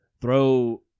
throw